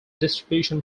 distribution